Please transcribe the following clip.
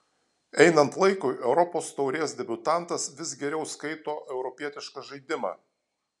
einant laikui europos taurės debiutantas vis geriau skaito europietišką žaidimą